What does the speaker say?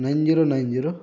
nine zero nine zero